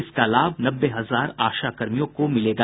इसका लाभ नब्बे हजार आशा कर्मियों को मिलेगा